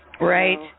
Right